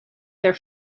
their